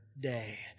day